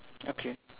okay